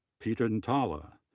peter ntala,